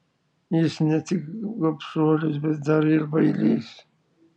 jis ne tik gobšuolis bet dar ir bailys